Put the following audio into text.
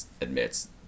admits